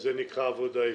וזה נקרא עבודה עברית?